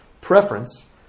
preference